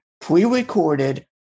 pre-recorded